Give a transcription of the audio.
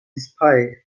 despair